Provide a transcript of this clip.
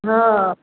हँ